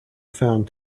found